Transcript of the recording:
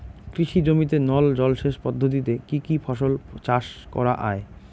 কৃষি জমিতে নল জলসেচ পদ্ধতিতে কী কী ফসল চাষ করা য়ায়?